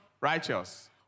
righteous